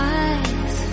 eyes